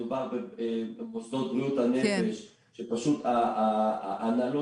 מדובר במוסדות בריאות הנפש שפשוט ההנהלות